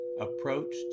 approached